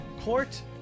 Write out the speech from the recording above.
court